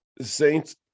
Saints